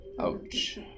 Ouch